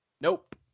Nope